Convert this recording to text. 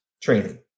training